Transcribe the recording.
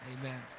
Amen